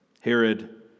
Herod